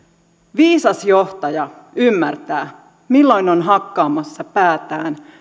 viisas johtaja ymmärtää milloin on hakkaamassa päätään